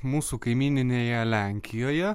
mūsų kaimyninėje lenkijoje